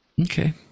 Okay